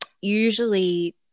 usually